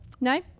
No